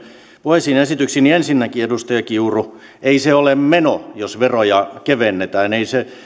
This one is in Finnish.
puheisiin ja esityksiin niin ensinnäkin edustaja kiuru ei se ole meno jos veroja kevennetään